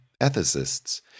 ethicists